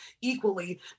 equally